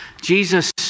Jesus